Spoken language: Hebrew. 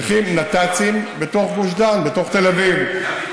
צריכים נת"צים בתוך גוש דן, בתוך תל אביב.